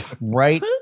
right